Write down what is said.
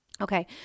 Okay